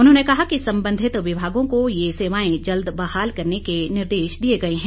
उन्होंने कहा कि संबंधित विभागों को ये सेवाएं जल्द बहाल करने के निर्देश दिए गए हैं